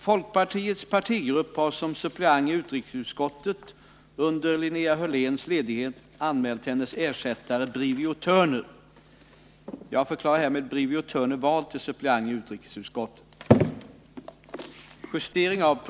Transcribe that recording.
Folkpartiets partigrupp har som suppleant i utbildningsutskottet under Linnea Hörléns ledighet anmält hennes ersättare Brivio Thörner.